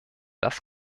das